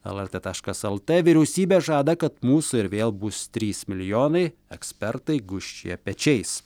lrt taškas lt vyriausybė žada kad mūsų ir vėl bus trys milijonai ekspertai gūžčioja pečiais